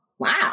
wow